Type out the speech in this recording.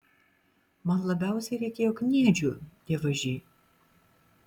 man labiausiai reikėjo kniedžių dievaži